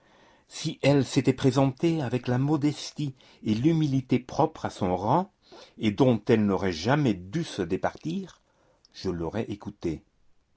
si elle s'était présentée avec la modestie et l'humilité propres à son rang et dont elle n'aurait jamais dû se départir je l'aurais écoutée